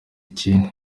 iki